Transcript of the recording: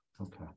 Okay